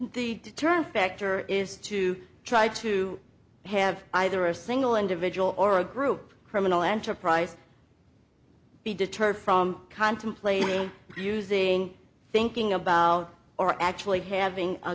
the deterrent factor is to try to have either a single individual or a group criminal enterprise be deterred from contemplating using thinking about or actually having a